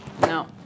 no